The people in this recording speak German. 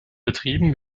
betrieben